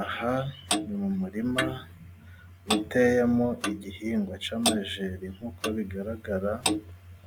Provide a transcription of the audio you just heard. Aha ni mu murima uteyemo igihingwa cy'amajeri nk'uko bigaragara,